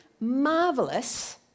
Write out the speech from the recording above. marvelous